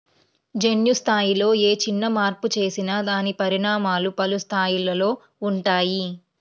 జన్యు స్థాయిలో ఏ చిన్న మార్పు చేసినా దాని పరిణామాలు పలు స్థాయిలలో ఉంటాయి